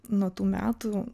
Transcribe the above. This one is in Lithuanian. nuo tų metų